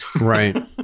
Right